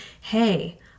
Hey